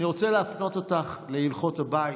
אבל אני רוצה להפנות אותך להלכות הבית,